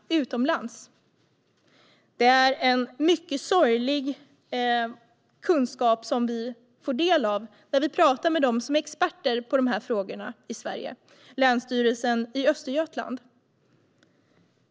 Det är mycket sorglig kunskap vi får del av när vi talar med dem som är experter på dessa frågor i Sverige, Länsstyrelsen i Östergötland.